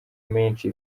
menshi